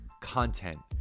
content